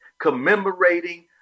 Commemorating